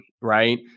right